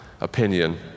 opinion